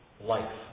life